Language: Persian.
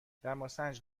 دماسنج